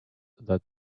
that